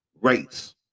race